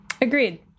Agreed